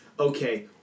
okay